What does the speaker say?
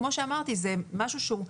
כמו שאמרתי, זה משהו שהוא,